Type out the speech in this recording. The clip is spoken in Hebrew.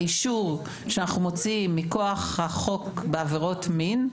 האישור שאנחנו מוציאים מכוח החוק בעבירות מין,